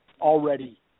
already